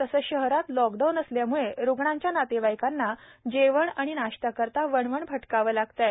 तसेच शहरात लॉकडाऊन असल्यामुळे रुग्णांच्या नातेवाईकांना जेवणनाश्त्याकरिता वणवण भटकावे लागत आहे